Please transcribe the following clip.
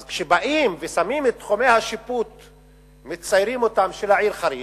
אז כשבאים ושמים את תחומי השיפוט של העיר חריש,